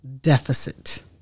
deficit